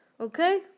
okay